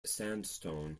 sandstone